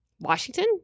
Washington